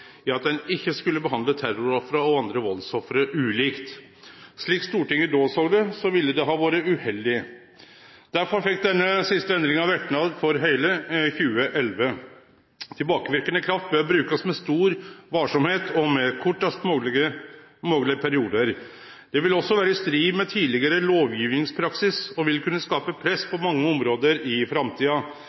i at ein ikkje skulle behandle terrorofra og andre valdsoffer ulikt. Slik Stortinget da såg det, ville det ha vore uheldig. Derfor fekk denne siste endringa verknad for heile 2011. Tilbakeverkande kraft bør brukast med stor varsemd og med kortast moglege periodar. Det vil også vere i strid med tidlegare lovgjevnadspraksis og vil kunne skape press på mange område i framtida.